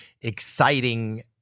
exciting